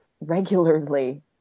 regularly